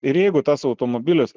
ir jeigu tas automobilis